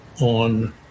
on